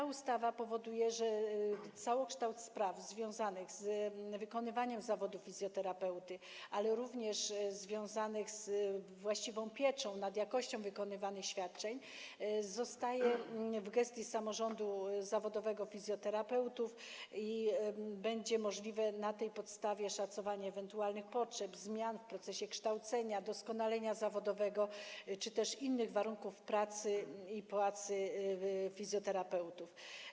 Ta ustawa powoduje, że całokształt spraw związanych z wykonywaniem zawodu fizjoterapeuty, ale również związanych ze sprawowaniem pieczy nad jakością wykonywanych świadczeń zostaje w gestii samorządu zawodowego fizjoterapeutów i na tej podstawie będzie możliwe szacowanie ewentualnych potrzeb odnośnie do zmian w procesie kształcenia, doskonalenia zawodowego czy też innych warunków pracy i płacy fizjoterapeutów.